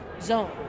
zone